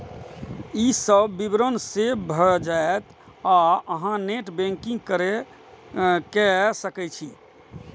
ई सब विवरण सेव भए जायत आ अहां नेट बैंकिंग कैर सकै छी